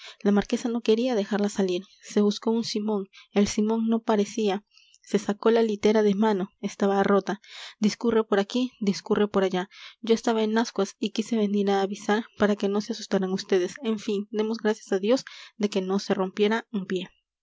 la marquesa no quería dejarla salir se buscó un simón el simón no parecía se sacó la litera de mano estaba rota discurre por aquí discurre por allá yo estaba en ascuas y quise venir a avisar para que no se asustaran vds en fin demos gracias a dios de que no se rompiera un pie